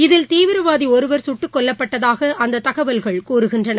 இதில் தீவிரவாதிஒருவர் கட்டுக் கொல்லப்பட்டதாகஅந்ததகவல்கள் கூறுகின்றன